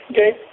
Okay